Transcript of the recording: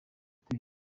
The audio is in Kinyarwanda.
capt